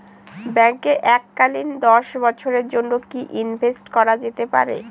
ব্যাঙ্কে এককালীন দশ বছরের জন্য কি ইনভেস্ট করা যেতে পারে?